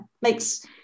makes